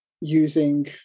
using